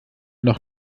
noch